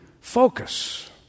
focus